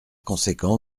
conséquent